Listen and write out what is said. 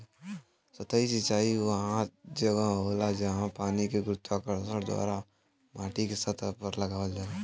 सतही सिंचाई वह जगह होला, जहाँ पानी के गुरुत्वाकर्षण द्वारा माटीके सतह पर लगावल जाला